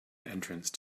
entrance